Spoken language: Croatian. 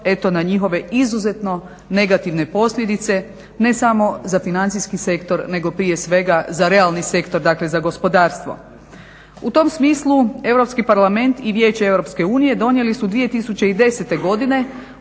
na njihove izuzetno negativne posljedice, ne samo za financijski sektor nego prije svega za realni sektor, dakle za gospodarstvo. U tom smislu, Europski parlament i Vijeće EU donijeli su 2010. godine